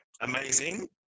amazing